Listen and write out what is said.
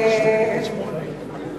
העיסוק.